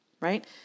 right